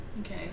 Okay